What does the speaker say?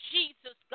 Jesus